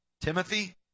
Timothy